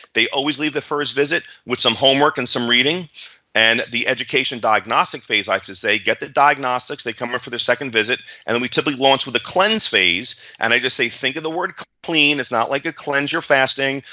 they always leave the first visit with some homework and some reading and the education diagnostic phase i have to say. get the diagnostics. they come here for their second visit and and we typically launch with the cleanse phase, and i just say, think of the word clean. it's not like a cleanse or fasting.